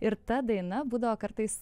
ir ta daina būdavo kartais